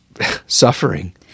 suffering